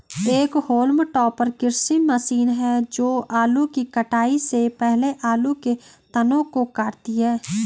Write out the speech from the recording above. एक haulm topper कृषि machine है जो आलू की कटाई से पहले आलू के तनों को काटती है